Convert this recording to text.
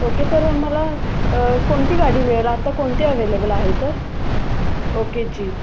okay तर मला कोणती गाडी मिळेल आत्ता कोणती अव्हेलेबल आहे सर ओके जीप